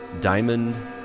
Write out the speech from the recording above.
Diamond